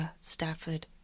Stafford